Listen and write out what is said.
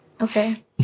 Okay